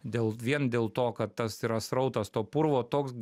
dėl vien dėl to kad tas yra srautas to purvo toks